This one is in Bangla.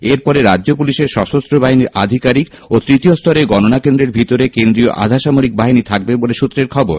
এরপরে রাজ্য পুলিশের সশস্ত্র বাহিনীর আধিকারিক ও তৃতীয় স্তরে গণনা কেন্দ্রের ভিতরে কেন্দ্রীয় আধাসামরিক বাহিনী থাকবে বলে সৃত্রের খবর